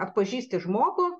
atpažįsti žmogų